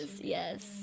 Yes